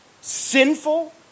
sinful